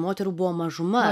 moterų buvo mažuma